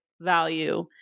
value